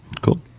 Cool